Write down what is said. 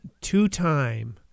Two-time